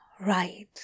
Right